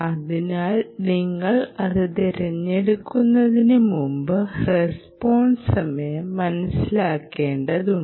അതിനാൽ നിങ്ങൾ അത് തിരഞ്ഞെടുക്കുന്നതിന് മുമ്പ് റസ്പോൺസ് സമയം മനസ്സിലാക്കേണ്ടതാണ്